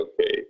okay